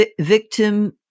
victim